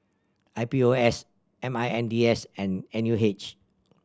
I P O S M I N D S and N U H